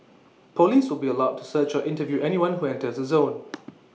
Police will be allowed to search or interview anyone who enters the zone